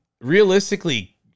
realistically